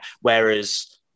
whereas